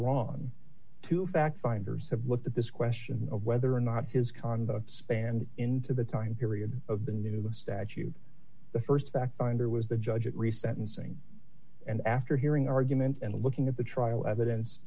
wrong to fact finders have looked at this question of whether or not his conduct spanned into the time period of the new statute the st fact finder was the judge at re sentencing and after hearing argument and looking at the trial evidence